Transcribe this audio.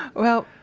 well,